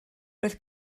roedd